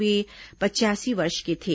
वे पचयासी वर्ष के थे